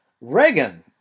Reagan